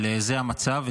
אבל זה המצב,